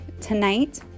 tonight